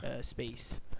space